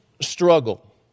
struggle